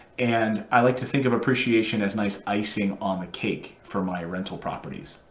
and i like to think of appreciation as nice icing on a cake for my rental properties.